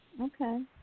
Okay